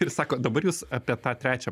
ir sako dabar jūs apie tą trečią